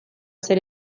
zer